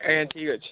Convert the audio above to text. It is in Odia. ଆଜ୍ଞା ଠିକ୍ ଅଛି